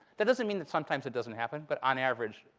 that doesn't mean that sometimes it doesn't happen. but on average,